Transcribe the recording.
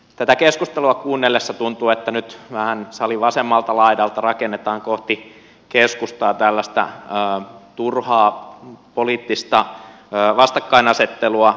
tätä keskustelua kuunnellessa tuntuu että nyt vähän salin vasemmalta laidalta rakennetaan kohti keskustaa tällaista turhaa poliittista vastakkainasettelua